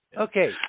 Okay